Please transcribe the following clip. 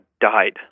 died